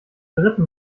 dritten